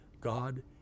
God